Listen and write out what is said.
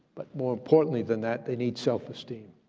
but more importantly than that, they need self-esteem.